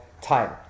time